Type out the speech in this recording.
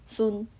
soon